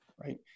right